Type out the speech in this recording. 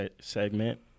segment